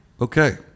Okay